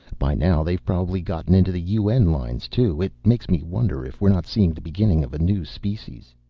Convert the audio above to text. by now they've probably gotten into the un lines, too. it makes me wonder if we're not seeing the beginning of a new species.